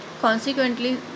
Consequently